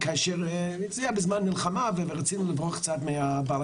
זה היה בזמן מלחמה, ורצינו לברוח מהבלגן.